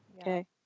Okay